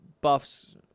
buffs